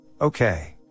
Okay